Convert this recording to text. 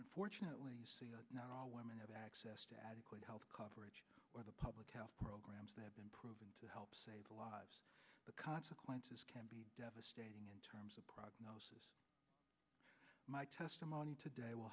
unfortunately not all women have access to adequate health coverage or the public health programs that have been proven to help save lives the consequences can be devastating in terms of prognosis my testimony today w